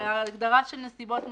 ההגדרה "נסיבות מחמירות"